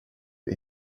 but